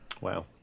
wow